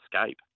escape